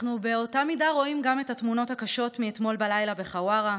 באותה מידה אנחנו רואים גם את התמונות הקשות מאתמול בלילה בחווארה.